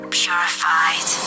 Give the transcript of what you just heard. purified